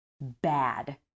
bad